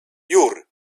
jur